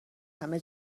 همه